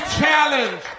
challenge